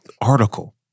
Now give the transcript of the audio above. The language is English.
article